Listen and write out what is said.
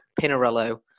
pinarello